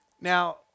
Now